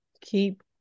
keep